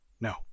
No